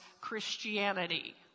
Christianity